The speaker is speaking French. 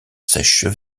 sèche